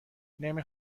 نمی